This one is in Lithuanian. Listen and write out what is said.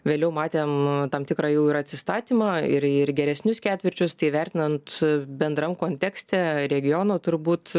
vėliau matėm tam tikrą jau ir atsistatymą ir ir geresnius ketvirčius tai vertinant bendram kontekste regiono turbūt